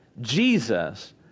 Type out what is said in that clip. Jesus